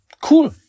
cool